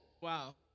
Wow